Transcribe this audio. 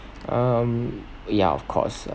um ya of course ah